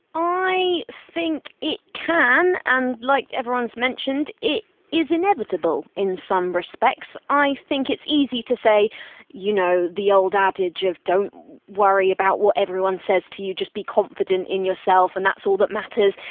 i think it can and like everyone's mentioned it is inevitable in some respects. i think it's easy to say you know the old adage of don't worry about what everyone says to you, just be confident in yourself and that's all that matters.